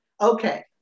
Okay